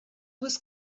was